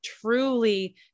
truly